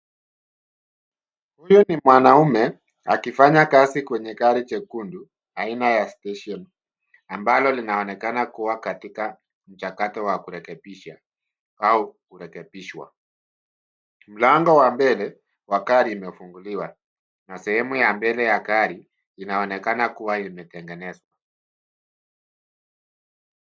Huyu ni mwanaume akifanya kazi kwenye gari jekundu aina ya Station ambalo linaonekana kuwa katika mchakato wa kurekebisha au kurekebishwa. Mlango wa mbele wa gari imefunguliwa. Na sehemu ya mbele ya gari inaonekana kuwa imetengenezwa.